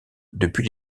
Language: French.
depuis